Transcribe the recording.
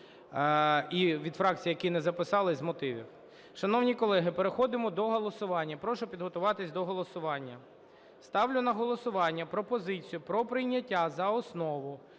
І від фракцій, які не записалися, з мотивів. Шановні колеги, переходимо до голосування. Прошу підготуватися до голосування. Ставлю на голосування пропозицію про прийняття за основу